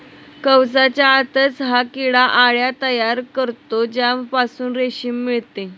कवचाच्या आतच हा किडा अळ्या तयार करतो ज्यापासून रेशीम मिळते